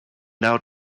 now